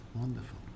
wonderful